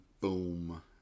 boom